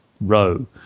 row